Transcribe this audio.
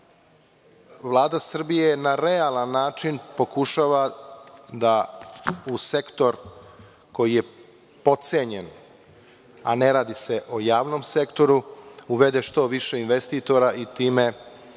Vlada Srbije je na realan način pokušala da, u sektor koji je potcenjen, a ne radi se o javnom sektoru, uvede što više investitora i time